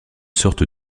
sorte